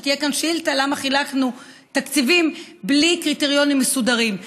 שתהיה כאן שאילתה למה חילקנו תקציבים בלי קריטריונים מסודרים.